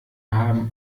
haben